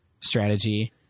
strategy